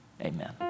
Amen